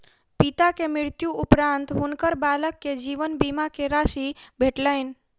पिता के मृत्यु उपरान्त हुनकर बालक के जीवन बीमा के राशि भेटलैन